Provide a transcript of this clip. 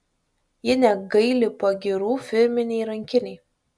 ji negaili pagyrų firminei rankinei